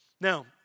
Now